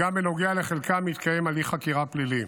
וגם בנוגע לחלקם מתקיים הליך חקיקה פלילי.